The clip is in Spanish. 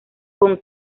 con